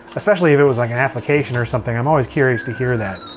especially if it was like an application or something. i'm always curious to hear that.